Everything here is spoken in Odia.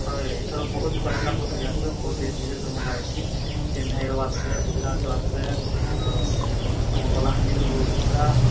ହଁ ଏଇ ଥର ବହୁତ କଲାକାର ମାନେ ବି ଆସିବେ ବହୁତ ଦେଶ ବିଦେଶରୁ ମଙ୍ଗା ହେଇଛି ଚେନ୍ନାଇରୁ ଆସିବେ ଗୁଜରାଟରୁ ଆସିବେ ଆମର କଳାହାଣ୍ଡିରୁ ଘୁମୁରା